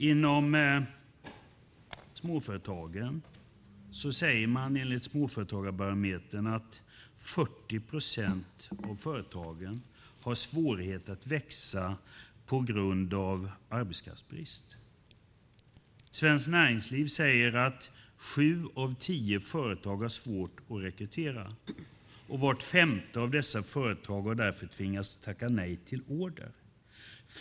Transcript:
Inom småföretagen säger man enligt Småföretagarbarometern att 40 procent av företagen har svårighet att växa på grund av arbetskraftsbrist. Svenskt Näringsliv säger att sju av tio företag har svårt att rekrytera. Vart femte av dessa företag har därför tvingats tacka nej till order.